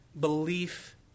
belief